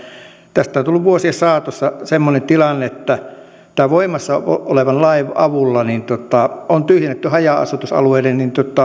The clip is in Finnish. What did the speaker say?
tästä on tullut vuosien saatossa semmoinen tilanne että tämän voimassa olevan lain avulla on tyhjennetty haja asutusalueiden